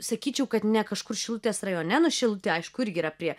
sakyčiau kad ne kažkur šilutės rajone nu šilutė aišku irgi yra prie